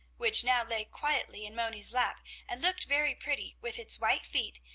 which now lay quietly in moni's lap and looked very pretty, with its white feet,